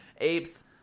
apes